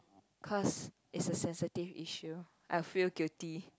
cause it's a sensitive issue I'll feel guilty